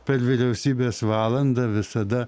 per vyriausybės valandą visada